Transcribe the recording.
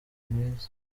mwiza